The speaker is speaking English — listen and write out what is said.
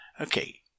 Okay